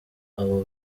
abo